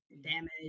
damage